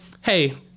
hey